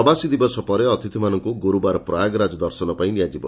ପ୍ରବାସୀ ଦିବସ ପରେ ଅତିଥିମାନଙ୍କୁ ଗୁରୁବାର ପ୍ରୟାଗ୍ରାଜ ଦର୍ଶନ ପାଇଁ ନିଆଯିବ